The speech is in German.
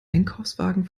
einkaufswagen